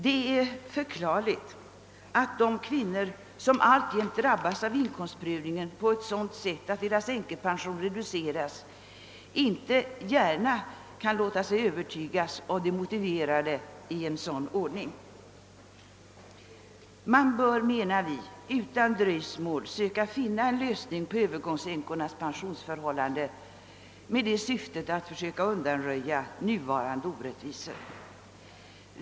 Det är förklarligt att de kvinnor som alltjämt drabbas av inkomstprövningen på ett sådant sätt, att deras änkepension reduceras, inte kan låta sig övertygas om det motiverade i en sådan ordning. Man bör, menar vi, utan dröjsmål försöka finna en lösning på övergångsänkornas pensionsförhållanden med syfte att försöka undanröja nuvarande orättvisor.